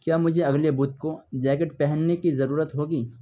کیا مجھے اگلے بدھ کو جیکٹ پہننے کی ضرورت ہوگی